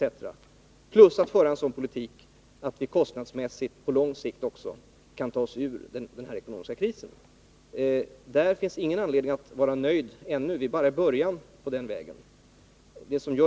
Vi vill dessutom föra en sådan politik att vi kostnadsmässigt på lång sikt också kan ta oss ur den ekonomiska krisen. Det finns ingen anledning att vara nöjd ännu; vi är bara i början av den vägen.